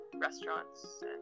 restaurants